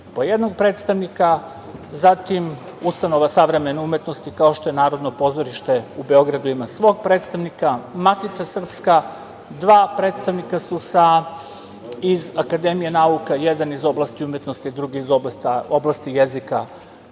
po jednog predstavnika, zatim ustanova Savremene umetnosti, kao što je Narodno pozorište u Beogradu, ima svog predstavnika, Matica srpska, dva predstavnika su iz akademije nauka, jedan iz oblasti umetnosti, drugi iz oblasti jezika